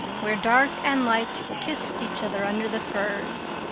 where dark and light kissed each other under the firs,